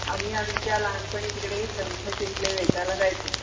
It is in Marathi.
आम्ही आमच्या लहानपणी तिकडे शंख शिंपले वेचायला जायचो